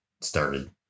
started